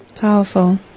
Powerful